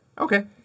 Okay